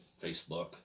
Facebook